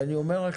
אני אומר לך,